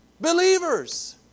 Believers